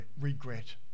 regret